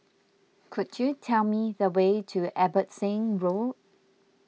could you tell me the way to Abbotsingh Road